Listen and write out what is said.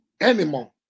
anymore